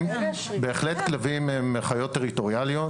בהחלט כלבים הם חיות טריטוריאליות.